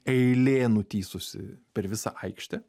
eilė nutįsusi per visą aikštę